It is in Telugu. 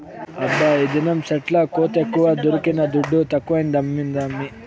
హబ్బా ఈదినం సెట్ల కోతెక్కువ దొరికిన దుడ్డు తక్కువైనాదమ్మీ